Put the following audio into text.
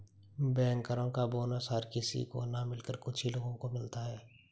बैंकरो का बोनस हर किसी को न मिलकर कुछ ही लोगो को मिलता है